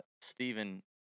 Stephen